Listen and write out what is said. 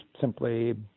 simply